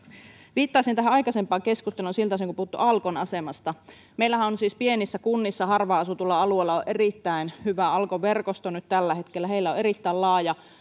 viittaisin tähän aikaisempaan keskusteluun siltä osin kuin on puhuttu alkon asemasta meillähän on on siis pienissä kunnissa harvaan asutuilla alueilla erittäin hyvä alkon verkosto nyt tällä hetkellä heillä on erittäin laaja